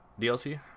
DLC